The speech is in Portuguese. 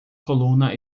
coluna